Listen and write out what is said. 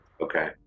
Okay